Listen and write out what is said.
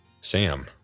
Sam